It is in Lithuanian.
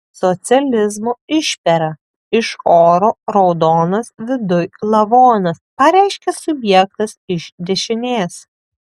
socializmo išpera iš oro raudonas viduj lavonas pareiškė subjektas iš dešinės